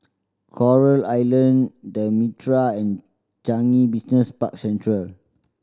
Coral Island The Mitraa and Changi Business Park Central